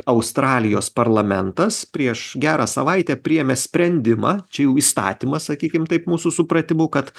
australijos parlamentas prieš gerą savaitę priėmė sprendimą čia jau įstatymą sakykim taip mūsų supratimu kad